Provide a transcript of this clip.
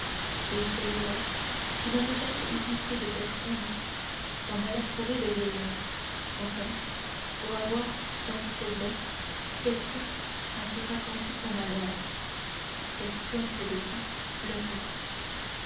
et celui-là qui n'avait jamais eu pitié de personne s'en alla trouver le vieillard son père pour avoir dans sa faiblesse quelqu'un à qui raconter son malheur quelqu'un près de qui pleurer